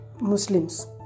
Muslims